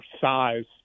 size